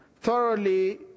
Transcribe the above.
thoroughly